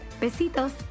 Besitos